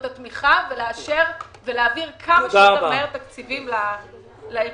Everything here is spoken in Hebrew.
התמיכה ולהעביר כמה שיותר מהר תקציבים לארגונים.